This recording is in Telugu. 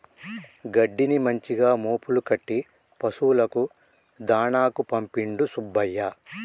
గడ్డిని మంచిగా మోపులు కట్టి పశువులకు దాణాకు పంపిండు సుబ్బయ్య